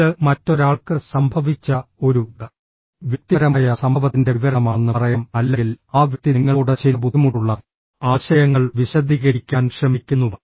ഇത് മറ്റൊരാൾക്ക് സംഭവിച്ച ഒരു വ്യക്തിപരമായ സംഭവത്തിന്റെ വിവരണമാണെന്ന് പറയാം അല്ലെങ്കിൽ ആ വ്യക്തി നിങ്ങളോട് ചില ബുദ്ധിമുട്ടുള്ള ആശയങ്ങൾ വിശദീകരിക്കാൻ ശ്രമിക്കുന്നു